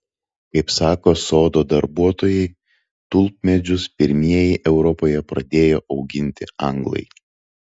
kaip sako sodo darbuotojai tulpmedžius pirmieji europoje pradėjo auginti anglai